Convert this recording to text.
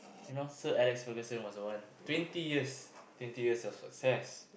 you know Sir-Alex-Ferguson was the one twenty years twenty years of success